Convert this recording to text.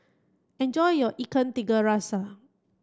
enjoy your Ikan Tiga Rasa